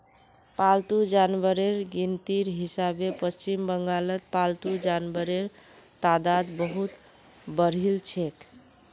पालतू जानवरेर गिनतीर हिसाबे पश्चिम बंगालत पालतू जानवरेर तादाद बहुत बढ़िलछेक